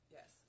Yes